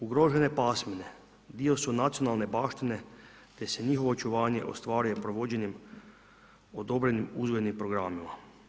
Ugrožene pasmine dio su nacionalne baštine, te se njihovo očuvanje ostvaruje provođenjem odobrenih uzgojnih programa.